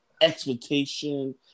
expectation